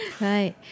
Right